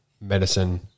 Medicine